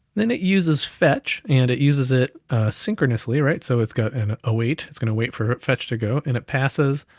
then it uses fetch, and it uses it synchronously, right? so it's got an a wait, it's gonna wait for fetch to go, and it passes